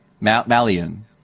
Malian